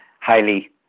highly